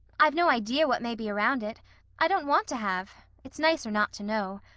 i've no idea what may be around it i don't want to have. it's nicer not to know.